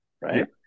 Right